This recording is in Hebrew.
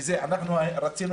רצינו